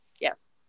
Yes